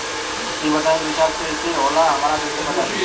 ई बताई कि रिचार्ज कइसे होला हमरा कइसे पता चली?